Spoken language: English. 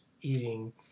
eating